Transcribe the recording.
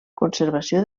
conservació